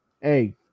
hey